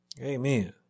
Amen